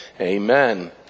amen